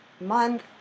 month